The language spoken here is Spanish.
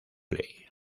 ley